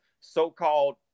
so-called